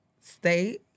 state